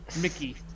Mickey